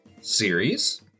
series